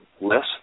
less